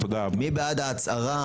מי בעד קבלת ההסתייגויות?